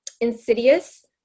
insidious